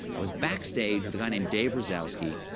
i was backstage with a guy named dave razowsky,